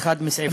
באחד מסעיפיו,